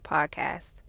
Podcast